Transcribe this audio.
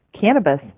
cannabis